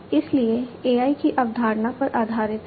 इसलिए AI ज्ञान की अवधारणा पर आधारित है